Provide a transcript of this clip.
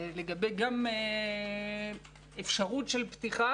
לגבי אפשרות של פתיחת